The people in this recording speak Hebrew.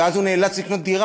ואז הוא נאלץ לקנות דירה,